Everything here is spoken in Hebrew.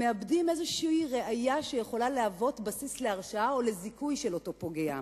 הם מאבדים איזו ראיה שיכולה להוות בסיס להרשעה או לזיכוי של אותו פוגע.